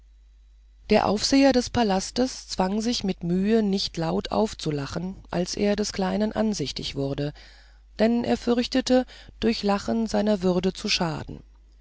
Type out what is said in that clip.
der aufseher des palastes zwang sich mit mühe nicht laut aufzulachen als er des kleinen ansichtig wurde denn er fürchtete durch lachen seiner würde zu schaden